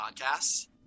podcasts